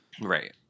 Right